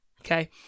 Okay